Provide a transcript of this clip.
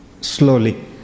slowly